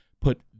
put